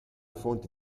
fonte